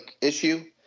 issue